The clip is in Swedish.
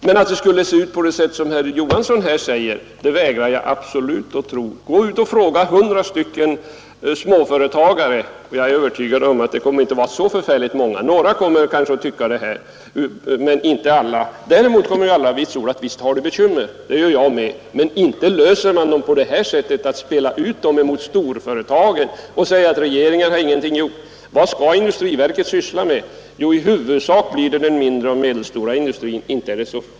Men att det skulle se ut som herr Johansson här beskriver vägrar jag absolut att tro. Gå ut och fråga 100 småföretagare, och jag är övertygad om att inte många kommer att tycka som herr Johansson. Däremot vitsordar alla att de har bekymmer, det kan också jag vitsorda. Men inte löser man deras problem genom att försöka spela ut dessa småföretagare mot storföretagen och säga att regeringen inte har gjort någonting. Vad skall industriverket syssla med? Jo, i huvudsak blir det med den mindre och medelstora industrin.